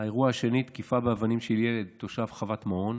האירוע השני, תקיפה באבנים של ילד תושב חוות מעון: